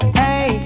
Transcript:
hey